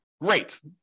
great